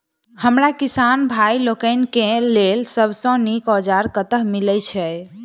हमरा किसान भाई लोकनि केँ लेल सबसँ नीक औजार कतह मिलै छै?